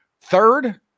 third